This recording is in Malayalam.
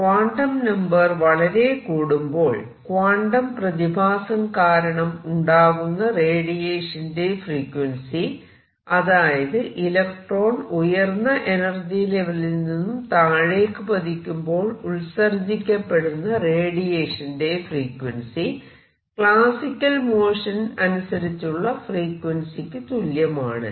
ക്വാണ്ടം നമ്പർ വളരെ കൂടുമ്പോൾ ക്വാണ്ടം പ്രതിഭാസം കാരണം ഉണ്ടാകുന്ന റേഡിയേഷന്റെ ഫ്രീക്വൻസി അതായത് ഇലക്ട്രോൺ ഉയർന്ന എനർജി ലെവലിൽ നിന്നും താഴേക്ക് പതിക്കുമ്പോൾ ഉത്സർജിക്കപ്പെടുന്ന റേഡിയേഷന്റെ ഫ്രീക്വൻസി ക്ലാസിക്കൽ മോഷൻ അനുസരിച്ചുള്ള ഫ്രീക്വൻസിയ്ക്ക് തുല്യമാണ്